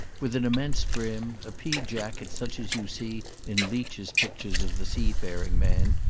with an immense brim, a pea-jacket such as you see in leech's pictures of the sea-faring man,